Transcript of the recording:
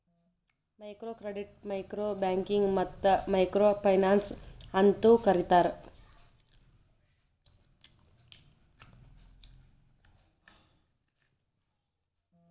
micro ಕ್ರೆಡಿಟ್ನ micro banking ಮತ್ತ micro finance ಅಂತೂ ಕರಿತಾರ